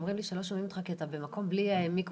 אומרים לי שלא שומעים אותך כי אתה במקום בלי מיקרופון.